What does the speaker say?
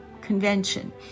convention